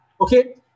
Okay